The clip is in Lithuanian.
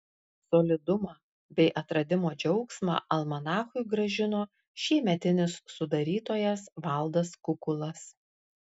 solidumą bei atradimo džiaugsmą almanachui grąžino šiemetinis sudarytojas valdas kukulas